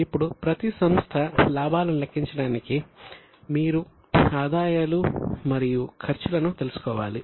ఇప్పుడు ప్రతి సంస్థ లాభాలను లెక్కించడానికి మీరు ఆదాయాలు మరియు ఖర్చులను తెలుసుకోవాలి